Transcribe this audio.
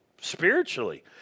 spiritually